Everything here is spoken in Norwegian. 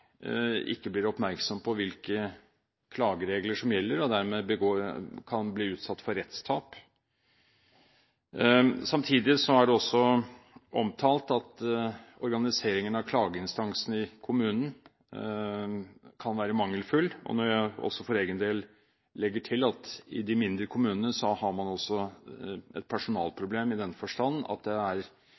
ikke blir oppmerksom på hvilke klageregler som gjelder, og dermed kan bli utsatt for rettstap. Samtidig er det også omtalt at organiseringen av klageinstansen i kommunen kan være mangelfull. For egen del vil jeg legge til at man i de mindre kommunene også har et personalproblem i den forstand at det